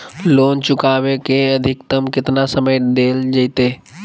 Loan चुकाबे के अधिकतम केतना समय डेल जयते?